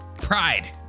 pride